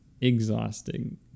exhausting